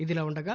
ఇదిలా ఉండగా